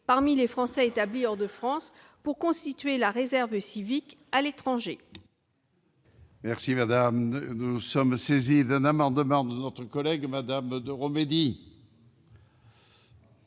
parmi les Français établis hors de France afin de constituer la réserve civique à l'étranger